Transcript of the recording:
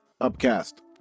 upcast